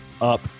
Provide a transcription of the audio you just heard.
up